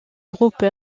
groupe